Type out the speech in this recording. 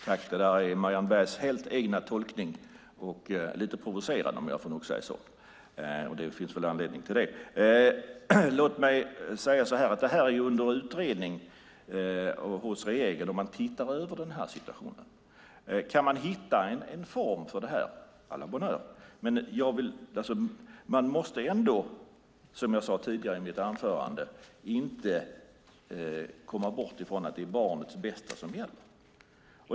Fru talman! Det där är Marianne Bergs helt egen tolkning och också lite provocerande, om jag får säga det. Det finns väl anledning till det. Låt mig säga att detta är under utredning hos regeringen. Man tittar över situationen. Kan man hitta en form för det - à la bonne heure! Man får dock inte, som jag sade i mitt anförande, bortse från att det är barnets bästa som gäller.